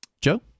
joe